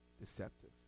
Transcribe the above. deceptive